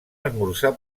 esmorzar